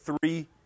three